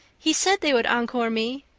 he said they would encore me.